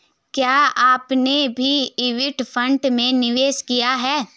क्या आपने भी इक्विटी फ़ंड में निवेश किया है?